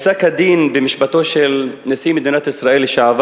פסק-הדין במשפטו של נשיא מדינת ישראל לשעבר